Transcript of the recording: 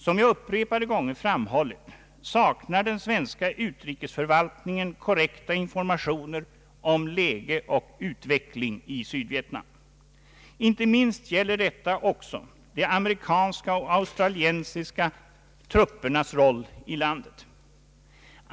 Som jag upprepade gånger har framhållit saknar den svenska utrikesförvaltningen korrekta informationer om läget och utvecklingen i Sydvietnam. Inte minst gäller detta också de amerikanska och australienska truppernas roll i landet.